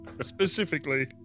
Specifically